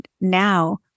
now